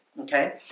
Okay